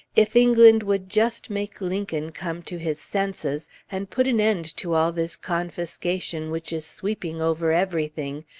if england would just make lincoln come to his senses, and put an end to all this confiscation which is sweeping over everything,